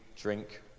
drink